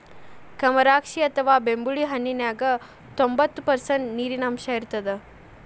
ಕಮರಾಕ್ಷಿ ಅಥವಾ ಬೆಂಬುಳಿ ಹಣ್ಣಿನ್ಯಾಗ ತೋಭಂತ್ತು ಪರ್ಷಂಟ್ ನೇರಿನಾಂಶ ಇರತ್ತದ